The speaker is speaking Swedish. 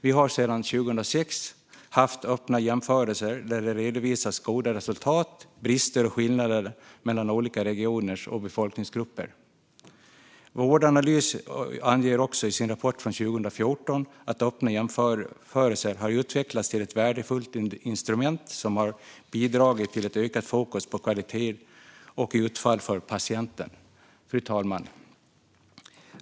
Vi har sedan 2006 haft öppna jämförelser, där det redovisas goda resultat, brister och skillnader mellan olika regioner och befolkningsgrupper. Vårdanalys anger också i sin rapport från 2014 att öppna jämförelser har utvecklats till ett värdefullt instrument som har bidragit till ett ökat fokus på kvalitet och utfall för patienten. Fru talman!